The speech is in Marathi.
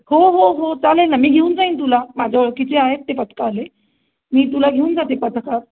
हो हो हो चालेल ना मी घेऊन जाईन तुला माझ्या ओळखीचे आहेत ते पथकवाले मी तुला घेऊन जाते पथकात